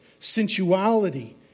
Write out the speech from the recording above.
Sensuality